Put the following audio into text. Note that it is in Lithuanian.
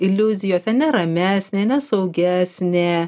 iliuzijose neramesnė nesaugesnė